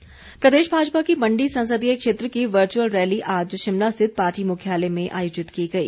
virtual rally प्रदेश भाजपा की मंडी संसदीय क्षेत्र की वर्चुअल रैली आज शिमला स्थित पार्टी मुख्यालय में आयोजित की गई